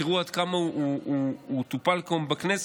תראו עד כמה הוא טופל פה בכנסת.